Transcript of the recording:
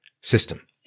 system